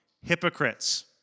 Hypocrites